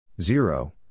Zero